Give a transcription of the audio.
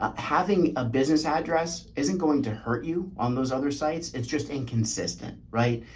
ah having a business address isn't going to hurt you on those other sites. it's just inconsistent, right?